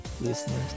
listeners